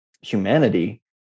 humanity